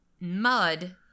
Mud